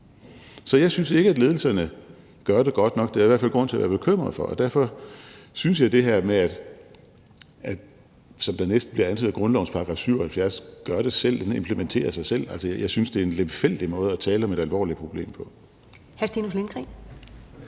Så jeg synes ikke, at ledelserne gør det godt nok, det er der i hvert fald grund til at være bekymret for, og derfor synes jeg, at det her med, som det næsten antydes, at grundlovens § 77 gør det selv, altså at den implementerer sig selv, er en lemfældig måde at tale om et alvorligt problem på. Kl. 13:31 Første